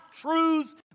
truths